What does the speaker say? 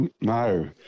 No